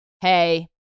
Hey